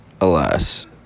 Alas